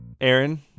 Aaron